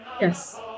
Yes